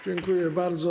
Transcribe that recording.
Dziękuję bardzo.